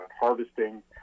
harvesting